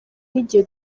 n’igihe